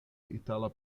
itala